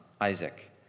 Isaac